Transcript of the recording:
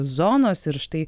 zonos ir štai